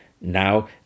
Now